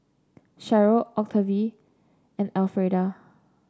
Sharyl Octavie and Alfreda